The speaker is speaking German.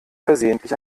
versehentlich